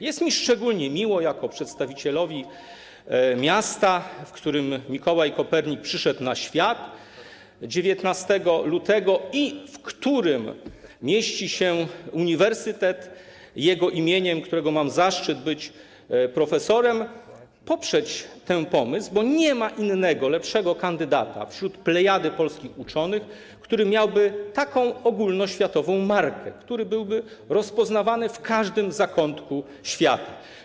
Jest mi szczególnie miło jako przedstawicielowi miasta, w którym Mikołaj Kopernik przyszedł na świat 19 lutego i gdzie mieści się uniwersytet jego imienia, w którym mam zaszczyt być profesorem, poprzeć ten pomysł, bo nie ma lepszego kandydata wśród plejady polskich uczonych, który miałby taką ogólnoświatową markę, który byłby rozpoznawany w każdym zakątku świata.